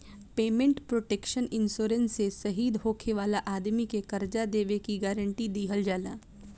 payment protection insurance से शहीद होखे वाला आदमी के कर्जा देबे के गारंटी दीहल जाला